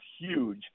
huge